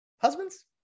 husbands